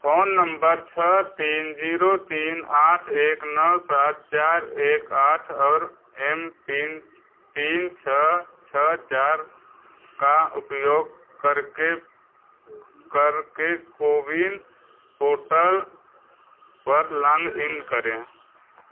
phone number छः तीन zero तीन आठ एक नौ सात चार एक आठ और एम पिन तीन छः छः चार का उपयोग करके करके कोविन पोर्टल पर लॉन्गइन करें